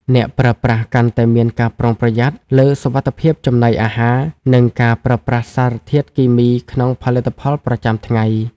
អ្នកប្រើប្រាស់កាន់តែមានការប្រុងប្រយ័ត្នលើ "សុវត្ថិភាពចំណីអាហារ" និងការប្រើប្រាស់សារធាតុគីមីក្នុងផលិតផលប្រចាំថ្ងៃ។